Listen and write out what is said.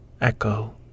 echo